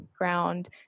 ground